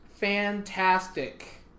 Fantastic